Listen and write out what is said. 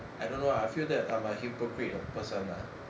I don't know I feel that I'm a hypocrite a person ah